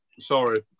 Sorry